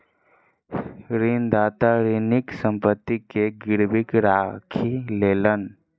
ऋणदाता ऋणीक संपत्ति के गीरवी राखी लेलैन